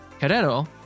Carrero